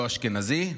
לא אשכנזי,